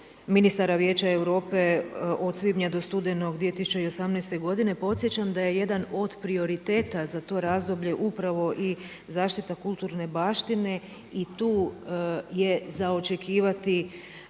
ministara Vijeća Europe od svibnja do studenog 2018. godine podsjećam da je jedan od prioriteta za to razdoblje upravo i zaštita kulturne baštine i tu je za očekivati